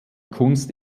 kunst